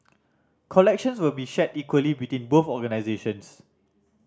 collections will be shared equally between both organisations